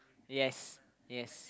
yes yes